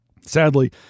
Sadly